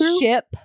ship